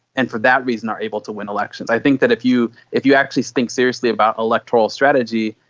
and for that reason are able to win elections. i think that if you if you actually think seriously about electoral strategy,